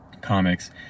comics